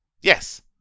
Yes